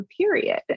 period